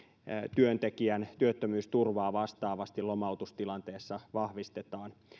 työntekijän työttömyysturvaa vastaavasti lomautustilanteessa vahvistetaan